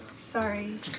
Sorry